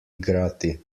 igrati